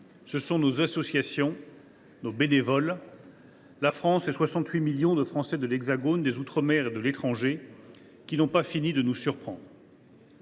Ce sont nos associations et nos bénévoles. « La France, ce sont les 68 millions de Français de l’Hexagone, des outre mer et de l’étranger qui n’ont pas fini de nous surprendre.